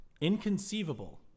Inconceivable